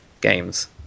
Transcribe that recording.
games